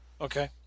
Okay